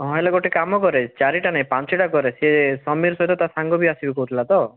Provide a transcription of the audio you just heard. ହଁ ହେଲେ ଗୋଟେ କାମ କରେ ଚାରିଟା ନାହିଁ ପାଞ୍ଚଟା କରେ ସେ ସମୀର ସହିତ ତା ସାଙ୍ଗ ବି ଆସିବି କହୁଥିଲା ତ